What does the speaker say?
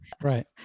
right